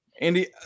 andy